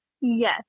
Yes